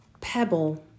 pebble